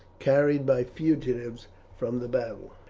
carried by fugitives from the battle.